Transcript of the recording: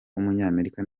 w’umunyamerika